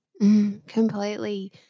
Completely